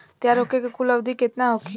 तैयार होखे के कुल अवधि केतना होखे?